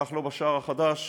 כך לא בשער החדש,